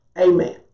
Amen